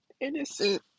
innocent